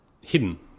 hidden